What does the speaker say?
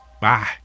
Bye